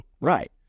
Right